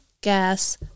gas